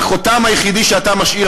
והחותם היחידי שאתה משאיר,